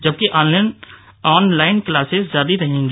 जबकि online classes जारी रहेंगी